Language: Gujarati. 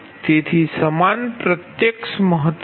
તેથી સમાન પ્રત્યક્ષ મહત્વ છે